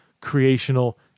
creational